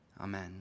Amen